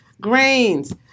grains